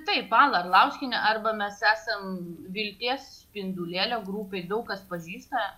taip ala arlauskienė arba mes esam vilties spindulėlio grupėj daug kas pažįsta